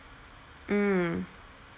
mm